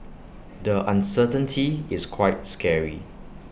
the uncertainty is quite scary